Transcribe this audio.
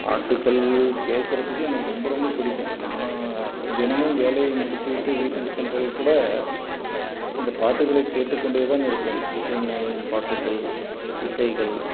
பாட்டுக்கள் கேக்கிறதுக்கு எனக்கு ரொம்ப ரொம்ப பிடிக்கும் நான் தினமும் வேலையை முடித்துவிட்டு வீட்டுக்கு சென்றால் கூட இந்த பாட்டுகளை கேட்டுக்கொண்டே தான் இருப்பேன் இசைஞானியின் பாட்டுக்கள் இசைகள்